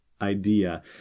idea